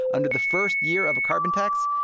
under the first year of a carbon tax,